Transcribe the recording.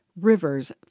Rivers